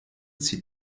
zieht